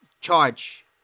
charge